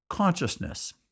Consciousness